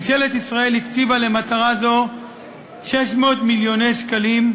ממשלת ישראל הקציבה למטרה זו 600 מיליון שקלים,